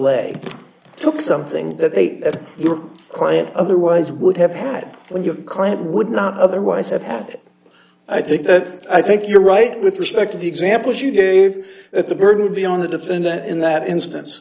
lay took something that they were quiet otherwise would have had when your client would not otherwise have had i think that i think you're right with respect to the examples you gave at the burden would be on the defendant in that instance